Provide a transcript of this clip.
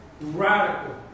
radical